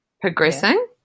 progressing